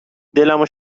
دلمو